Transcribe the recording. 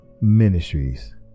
Ministries